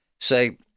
say